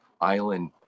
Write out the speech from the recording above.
island